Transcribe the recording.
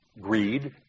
greed